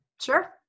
sure